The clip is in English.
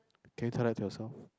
can you tell that to yourself